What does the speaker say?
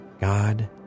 God